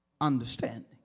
understanding